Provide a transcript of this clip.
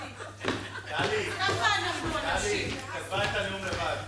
טלי, היא כתבה את הנאום לבד.